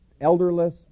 elderless